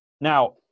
Now